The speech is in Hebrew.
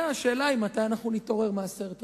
השאלה היא מתי אנחנו נתעורר מהסרט הזה.